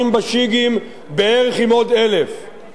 עם בערך עוד 1,000. שמענו הערות,